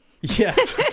Yes